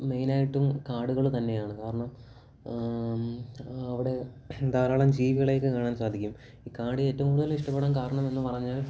മെയിനായിട്ടും കാടുകൾ തന്നെയാണ് കാരണം അവിടെ ധാരാളം ജീവികളൊക്കെ കാണാൻ സാധിക്കും ഈ കാട് ഏറ്റവും കൂടുതൽ ഇഷ്ടപ്പെടാൻ കാരണമെന്നു പറഞ്ഞാൽ